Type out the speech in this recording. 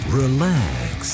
relax